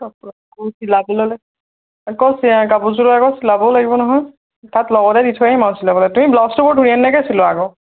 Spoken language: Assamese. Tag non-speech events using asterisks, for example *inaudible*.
*unintelligible* আকৌ কাপোৰ যোৰ আকৌ চিলাবও লাগিব নহয় তাত লগতে দি থৈ আহিম আৰু চিলাবলে তুমি ব্লাউটো বৰ ধুনিয়া ধুনিয়াকে চিলােবা আকৌ